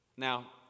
Now